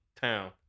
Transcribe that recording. Town